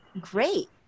great